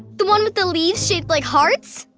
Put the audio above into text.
the one with the leaves shaped like hearts?